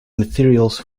materials